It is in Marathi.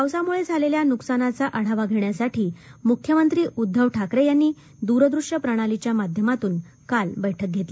पावसामुळे झालेल्या नुकसानाचा आढावा घेण्यासाठी मुख्यमंत्री उद्घव ठाकरे यांनी दूरदृश्य प्रणाली माध्यमातून काल ही बैठक घेतली